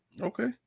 Okay